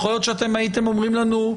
יכול להיות שאתם הייתם אומרים לנו: